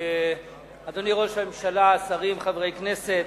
אדוני ראש הממשלה, שרים, חברי כנסת,